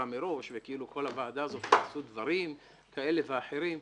מראש וכאילו בכל הוועדה הזאת נעשו דברים כאלה ואחרים.